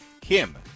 Kim